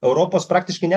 europos praktiškai ne